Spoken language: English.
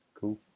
Cool